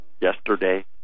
yesterday